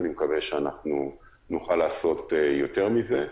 אני מקווה שנוכל לעשות יותר מזה.